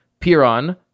Piron